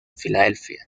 filadelfia